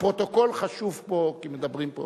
הפרוטוקול חשוב פה, כי מדברים פה.